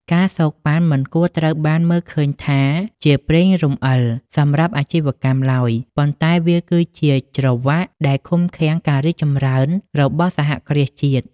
ការសូកប៉ាន់ មិនគួរត្រូវបានមើលឃើញថាជា "ប្រេងរំអិល" សម្រាប់អាជីវកម្មឡើយ ប៉ុន្តែវាគឺជា "ច្រវាក់" ដែលឃុំឃាំងការរីកចម្រើនរបស់សហគ្រាសជាតិ។